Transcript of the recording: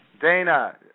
Dana